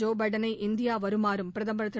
Joe பைடனை India வருமாறும் பிரதமர் திரு